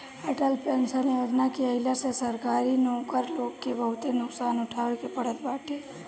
Atal pension योजना के आईला से सरकारी नौकर लोग के बहुते नुकसान उठावे के पड़ल बाटे